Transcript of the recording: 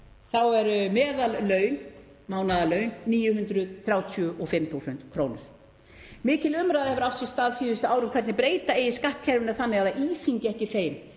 eru meðalmánaðarlaun 935.000 kr. Mikil umræða hefur átt sér stað síðustu ár um hvernig breyta eigi skattkerfinu þannig að það íþyngi ekki þeim